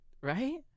right